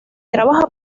trabaja